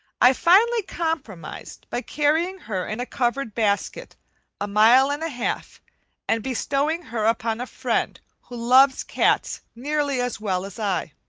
i finally compromised by carrying her in a covered basket a mile and a half and bestowing her upon a friend who loves cats nearly as well as i.